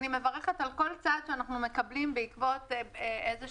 אני מברכת על כל צעד שאנחנו מקבלים בעקבות איזשהם